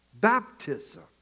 baptism